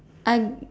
I